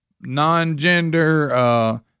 non-gender